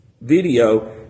video